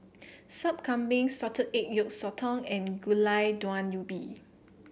Sup Kambing Salted Egg Yolk Sotong and Gulai Daun Ubi